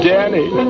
Danny